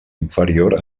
inferior